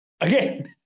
Again